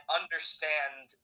understand